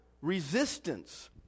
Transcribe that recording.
resistance